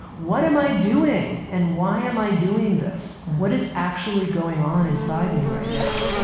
what am i doing and why am i doing this? what is actually going on inside me right now?